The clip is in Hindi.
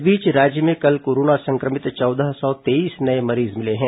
इस बीच राज्य में कल कोरोना संक्रमित चौदह सौ तेईस नये मरीज मिले हैं